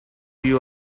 you